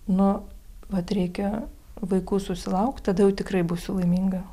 nu vat reikia vaikų susilaukt tada jau tikrai būsiu laiminga